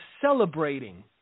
celebrating